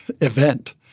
event